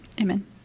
Amen